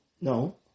no